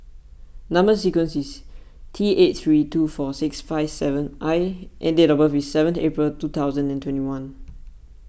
Number Sequence is T eight three two four six five seven I and date of birth is seven April two thousand and twenty one